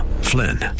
Flynn